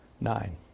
Nine